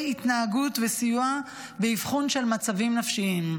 התנהגות וסיוע באבחון של מצבים נפשיים,